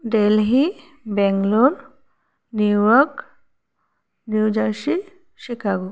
Delhi Bangalore New York New Jersey Chicago